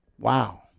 Wow